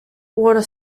water